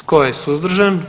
Tko je suzdržan?